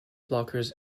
blockers